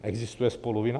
Existuje spoluvina?